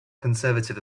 conservative